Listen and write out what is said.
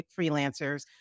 freelancers